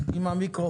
דרשו ממני לחלק אותן